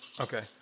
Okay